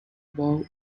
above